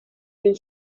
been